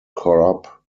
crop